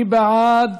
מי בעד?